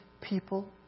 people